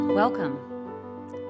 Welcome